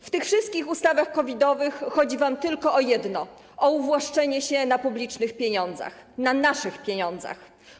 W tych wszystkich ustawach COVID-owych chodzi wam tylko o jedno, o uwłaszczenie się na publicznych pieniądzach, na naszych pieniądzach.